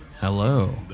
Hello